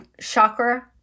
chakra